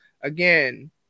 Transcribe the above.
Again